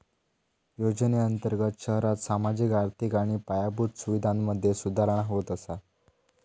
योजनेअंर्तगत शहरांत सामाजिक, आर्थिक आणि पायाभूत सुवीधांमधे सुधारणा होत असा